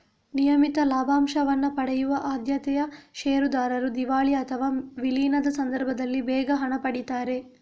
ನಿಯಮಿತ ಲಾಭಾಂಶವನ್ನ ಪಡೆಯುವ ಆದ್ಯತೆಯ ಷೇರುದಾರರು ದಿವಾಳಿ ಅಥವಾ ವಿಲೀನದ ಸಂದರ್ಭದಲ್ಲಿ ಬೇಗ ಹಣ ಪಡೀತಾರೆ